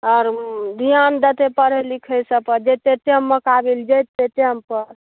आर धियान देतै पढ़ै लिखै सब पर टेम पर